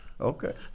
okay